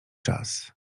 czas